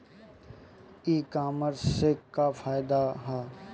ई कामर्स से का फायदा ह?